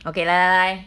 okay 来来来